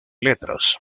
letras